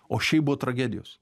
o šiaip buvo tragedijos